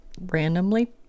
randomly